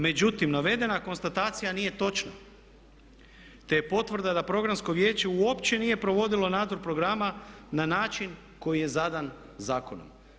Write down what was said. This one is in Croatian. Međutim, navedena konstatacija nije točna te je potvrda da programsko vijeće uopće nije provodilo nadzor programa na način koji je zadan zakonom.